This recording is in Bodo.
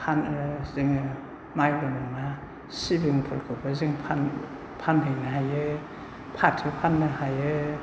फानो जोङो माइल' नङा सिबिं फोरखौबो जों फानो फानहैनो हायो फाथो फाननो हायो